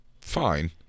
fine